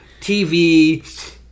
TV